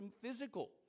physical